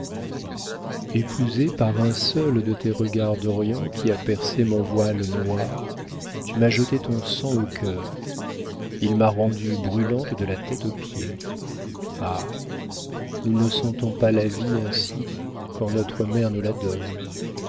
épousée par un seul de tes regards d'orient qui a percé mon voile noir tu m'as jeté ton sang au cœur il m'a rendue brûlante de la tête aux pieds ah nous ne sentons pas la vie ainsi quand notre mère nous la donne